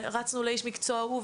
ורצנו לאיש המקצוע ההוא,